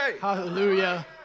Hallelujah